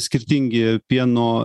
skirtingi pieno